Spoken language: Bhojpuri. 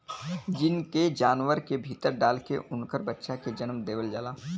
जीन के जानवर के भीतर डाल के उनकर बच्चा के जनम देवल जाला